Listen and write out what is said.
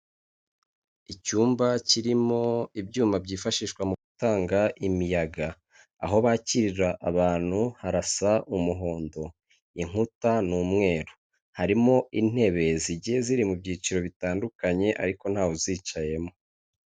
Icyumba kirimo ibyuma byifashishwa mu gutanga imiyaga, aho bakirira abantu harasa umuhondo, inkuta ni umweru, harimo intebe zigiye ziri mu byiciro bitandukanye ariko ntawe uzicayemo.